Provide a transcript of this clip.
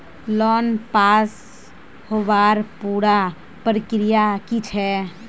Loan pass होबार पुरा प्रक्रिया की छे?